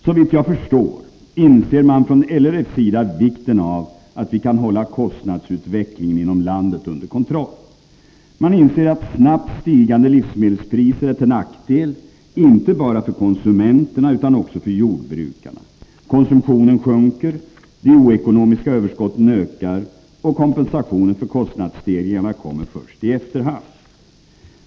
Såvitt jag förstår inser man från LRF:s sida vikten av att vi kan hålla kostnadsutvecklingen inom landet under kontroll. Man inser att snabbt stigande livsmedelspriser är till nackdel inte bara för konsumenterna utan också för jordbrukarna. Konsumtionen sjunker, de oekonomiska överskotten ökar, och kompensationen för kostnadsstegringarna kommer först i efterhand.